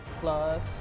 plus